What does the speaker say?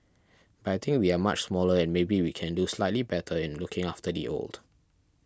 but I think we are much smaller and maybe we can do slightly better in looking after the old